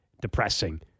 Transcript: depressing